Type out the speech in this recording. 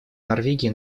норвегии